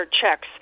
checks